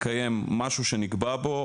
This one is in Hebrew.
לקיים משהו שנקבע בו,